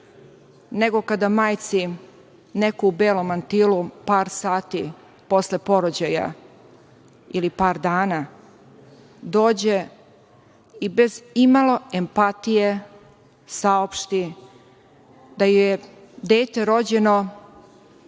nego kada majci neko u belom mantilu, par sati posle porođaja ili par dana, dođe i bez imalo empatije saopšti da joj je dete rođeno